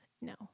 No